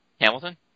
Hamilton